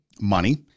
money